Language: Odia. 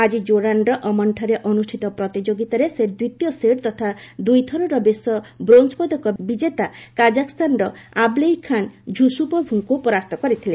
ଆଜି ଜୋର୍ଡ଼ାନ୍ର ଅମନ୍ଠାରେ ଅନୁଷ୍ଠିତ ପ୍ରତିଯୋଗିତାରେ ସେ ଦ୍ୱିତୀୟ ସିଡ୍ ତଥା ଦୁଇ ଥରର ବିଶ୍ୱ ବ୍ରୋଞ୍ ପଦକ ବିଜେତା କାଜାଖସ୍ତାନର ଆବ୍ଲେଇଖାନ ଝୁସୁପୋଭ୍ଙ୍କୁ ପରାସ୍ତ କରିଥିଲେ